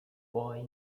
boy